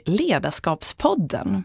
ledarskapspodden